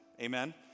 Amen